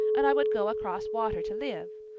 and i would go across water to live.